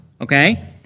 okay